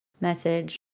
message